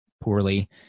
poorly